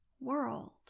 world